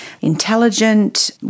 intelligent